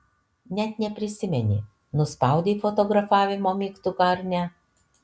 net neprisimeni nuspaudei fotografavimo mygtuką ar ne